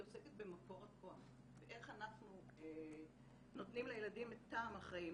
היא עוסקת במקור הכוח ואיך אנחנו נותנים לילדים את טעם החיים,